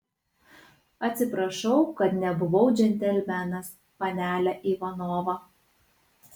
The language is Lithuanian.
atsiprašau kad nebuvau džentelmenas panele ivanova